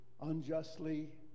unjustly